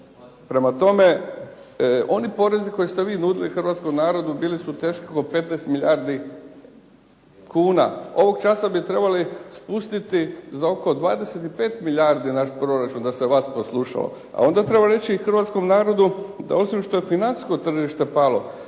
Prema tome, oni porezi koje ste vi nudili hrvatskom narodu bili su teški oko 15 milijardi kuna. Ovog časa bi trebali spustiti za oko 25 milijardi naš proračun da se vas poslušao. A onda treba reći hrvatskom narodu da osim što je financijsko tržište palo,